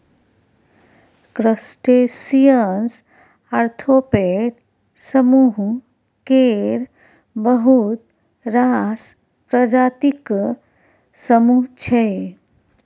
crustaceans arthropod समुह केर बहुत रास प्रजातिक समुह छै